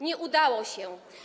Nie udało się.